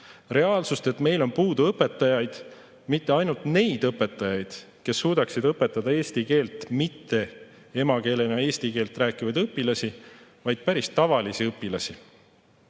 Reaalsust, et meil on puudu õpetajaid. Mitte ainult neid õpetajaid, kes suudaksid õpetada eesti keeles mitte emakeelena eesti keelt rääkivaid õpilasi, vaid päris tavalisi õpilasi.